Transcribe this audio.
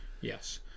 Yes